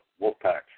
Wolfpack